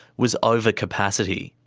was over capacity.